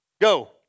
Go